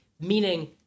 meaning